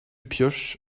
pioche